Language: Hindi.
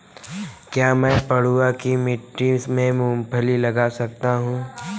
क्या मैं पडुआ की मिट्टी में मूँगफली लगा सकता हूँ?